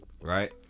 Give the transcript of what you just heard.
Right